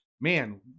man